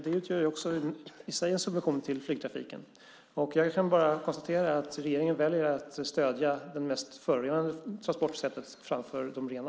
Det utgör också i sig en subvention till flygtrafiken. Jag kan bara konstatera att regeringen väljer att stödja det mest förorenande transportsättet framför de rena.